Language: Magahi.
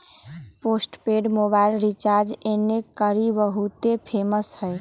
पोस्टपेड मोबाइल रिचार्ज एन्ने कारि बहुते फेमस हई